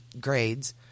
grades